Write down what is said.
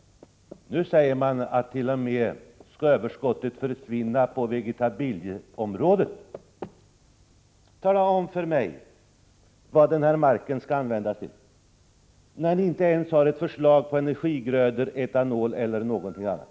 Nu säger man t.o.m. att överskottet skall försvinna på vegetabilieområdet. Tala då om vad marken skall användas till, när ni inte ens har ett förslag beträffande energigrödor, etanol eller annat.